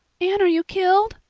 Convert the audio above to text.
anne, are you killed?